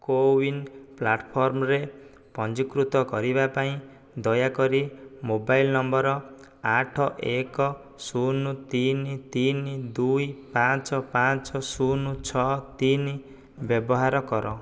CoWIN ପ୍ଲାଟ୍ଫର୍ମ୍ରେ ପଞ୍ଜୀକୃତ କରିବା ପାଇଁ ଦୟାକରି ମୋବାଇଲ୍ ନମ୍ବର୍ ଆଠ ଏକ ଶୂନ ତିନି ତିନି ଦୁଇ ପାଞ୍ଚ ପାଞ୍ଚ ଶୂନ ଛଅ ତିନି ବ୍ୟବହାର କର